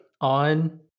on